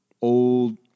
old